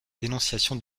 dénonciation